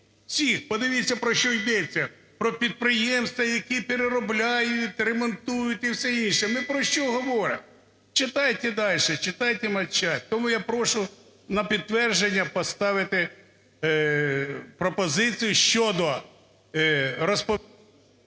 Всіх. подивіться, про що йдеться. Про підприємства, які переробляють, ремонтують і все інше. Ми про що говоримо? Читайте дальше. Читайте матчасть. Тому я прошу на підтвердження поставити пропозицію щодо… ГОЛОВУЮЧИЙ.